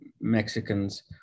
Mexicans